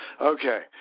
Okay